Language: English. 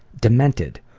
demented.